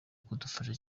kudufasha